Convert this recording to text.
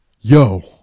Yo